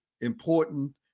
important